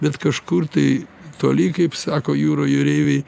bet kažkur tai toli kaip sako jūroj jūreiviai